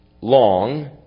long